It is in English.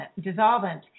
dissolvent